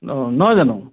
অঁ নহয় জানো